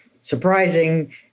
surprising